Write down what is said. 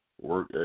work